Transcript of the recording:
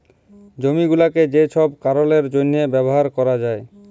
জমি গুলাকে যে ছব কারলের জ্যনহে ব্যাভার ক্যরা যায়